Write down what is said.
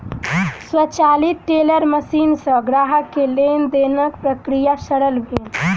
स्वचालित teller machine सॅ ग्राहक के लेन देनक प्रक्रिया सरल भेल